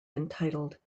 entitled